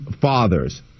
fathers